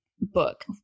book